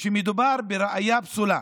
שמדובר בראיה פסולה